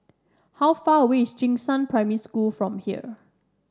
how far away is Jing Shan Primary School from here